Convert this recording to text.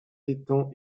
étangs